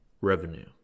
revenue